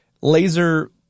laser